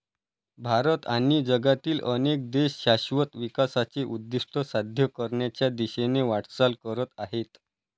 भारत आणि जगातील अनेक देश शाश्वत विकासाचे उद्दिष्ट साध्य करण्याच्या दिशेने वाटचाल करत आहेत